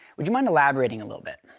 would you mind elaborating a little bit?